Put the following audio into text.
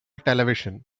television